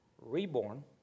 reborn